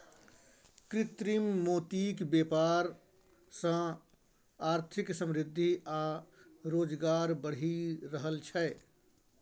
कृत्रिम मोतीक बेपार सँ आर्थिक समृद्धि आ रोजगार बढ़ि रहल छै